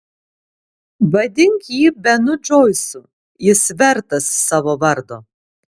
vadink jį benu džoisu jis vertas savo vardo